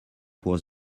was